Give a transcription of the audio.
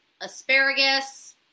asparagus